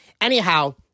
Anyhow